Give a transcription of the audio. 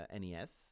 NES